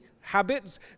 habits